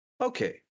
Okay